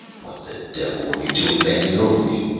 what the devil were you doing bending over me?